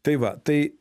tai va tai